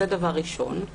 זה דבר ראשון.